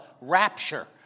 rapture